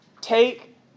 take